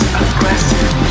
aggressive